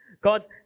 God's